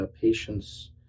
patients